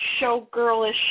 showgirlish